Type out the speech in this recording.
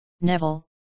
Neville